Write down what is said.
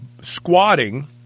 squatting